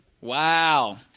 Wow